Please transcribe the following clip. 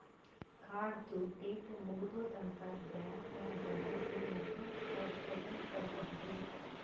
ಕಾರ್ಡ್ದು ಡೇಟ್ ಮುಗದೂದ್ ಅಂತ್ ಬ್ಯಾಂಕ್ ನಾಗ್ ಹೋಗಿ ಮತ್ತೊಂದ್ ಕಾರ್ಡ್ ತಗೊಂಡ್ ಬರ್ಬಹುದ್